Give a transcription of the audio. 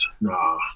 nah